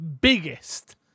biggest